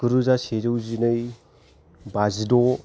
गुरोजा सेजौ जिनै बाजिद'